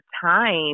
time